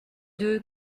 deux